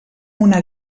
una